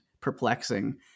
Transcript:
perplexing